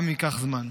גם אם ייקח זמן.